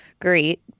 great